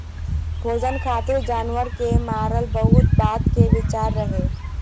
भोजन खातिर जानवर के मारल बहुत बाद के विचार रहे